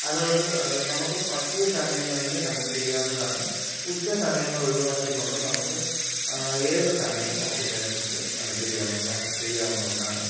അതു കൊണ്ട് നമുക്ക് പറ്റിയ സമയങ്ങളിൽ നമുക്ക് ചെയ്യാവുന്നതാണ് ഉച്ച സമയങ്ങൾ ഒഴിവാക്കിക്കൊണ്ട് നമ്മൾക്ക് ഏത് സമയവും നമുക്ക് തെരഞ്ഞെടുത്ത് അത് ചെയ്യാവുന്നതാണ് ചെയ്യാവുന്ന ഒന്നാണ്